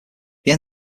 end